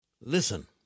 Listen